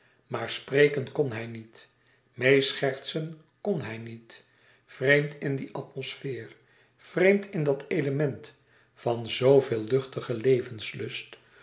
maar spreken kon hij niet meêschertsen kon hij niet vreemd in die atmosfeer vreemd in dat element van zooveel luchtigen levenslust